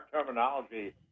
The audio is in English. terminology